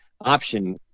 option